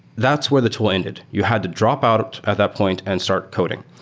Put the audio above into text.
that's where the tool ended. you had to drop out at that point and start coding.